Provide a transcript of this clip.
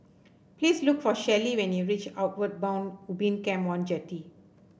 please look for Shelly when you reach Outward Bound Ubin Camp one Jetty